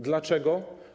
Dlaczego?